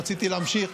רציתי להמשיך.